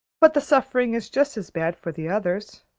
but the suffering is just as bad for the others.